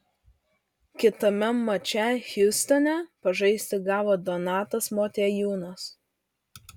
kitame mače hjustone pažaisti gavo donatas motiejūnas